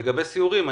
לגבי סיורים,